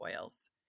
oils